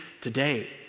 today